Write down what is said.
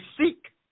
seek